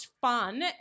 fun